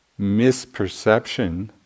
misperception